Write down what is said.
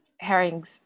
Herring's